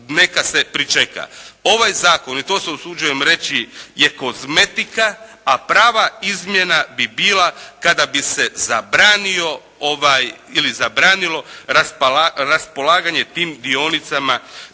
neka se pričeka. Ovaj Zakon i to se usuđujem reći je kozmetika, a prava izmjena bi bila kada bi se zabranio ili zabranilo raspolaganje tim dionicama